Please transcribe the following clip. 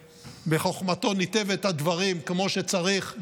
שבחוכמתו ניתב את הדברים כמו שצריך.